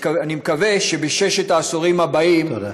אני מקווה שבששת העשורים הבאים, תודה.